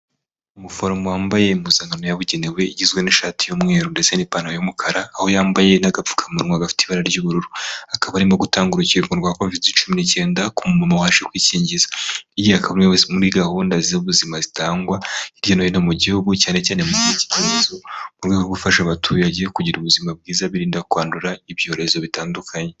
Umuforomo wambaye impuzankano yabugenewe igizwe n'ishati y'umweru ndetse n'ipantaro y'umukara aho yambaye n'agapfukamunwa gafite ibara ry'ubururu akaba arimo gutanga urukingo rwa kovide cumi n’icyenda ku muntu waje kwikingiza iyi ikaba iri muri gahunda z'ubuzima zitangwa hirya no hino mu gihugu cyane cyane mu rwego rwo gufasha abaturage kugira ubuzima bwiza birinda kwandura ibyorezo bitandukanye.